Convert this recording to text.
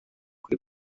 kuri